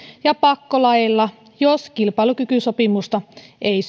ja pakkolaeilla jos kilpailukykysopimusta ei